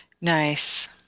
Nice